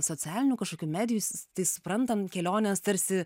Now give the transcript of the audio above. socialinių kažkokių medijų tai suprantam kelionės tarsi